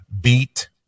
beat